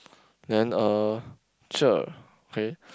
then uh cher K